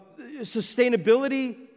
sustainability